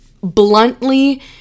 bluntly